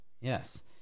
Yes